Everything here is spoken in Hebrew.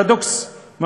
ממש פרדוקס.